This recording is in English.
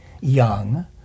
young